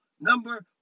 number